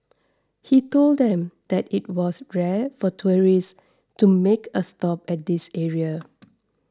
he told them that it was rare for tourists to make a stop at this area